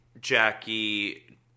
Jackie